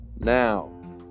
now